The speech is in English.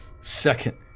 Second